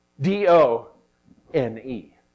D-O-N-E